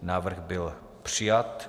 Návrh byl přijat.